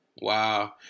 Wow